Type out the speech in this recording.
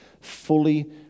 fully